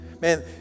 man